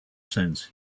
sense